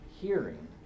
hearing